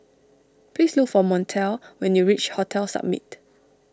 please look for Montel when you reach Hotel Summit